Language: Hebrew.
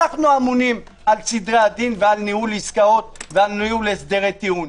אנחנו אמונים על סדרי הדין ועל ניהול עסקאות ועל ניהול הסדרי טיעון.